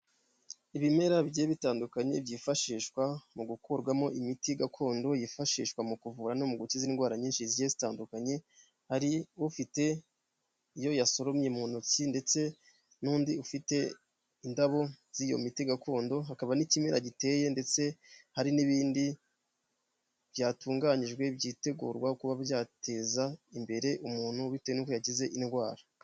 Ibimera bigiye bitandukanye byifashishwa mu gukurwamo imiti gakondo, yifashishwa mu kuvura no mu gukiza indwara nyinshi zigiye zitandukanye, hari ufite iyo yasoromye mu ntoki, ndetse n'undi ufite indabo z'iyo miti gakondo hakaba n'ikimera giteye, ndetse hari n'ibindi byatunganyijwe byitegurwa kuba byateza imbere umuntu bitewe n'uko yagize indwara.